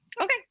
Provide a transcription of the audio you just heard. okay